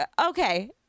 Okay